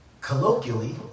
Colloquially